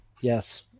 Yes